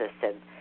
system